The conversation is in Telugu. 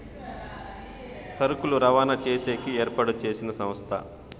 సరుకులు రవాణా చేసేకి ఏర్పాటు చేసిన సంస్థ